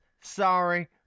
sorry